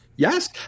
Yes